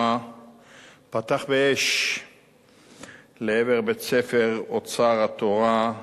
פתח באש לעבר בית-ספר "אוצר התורה".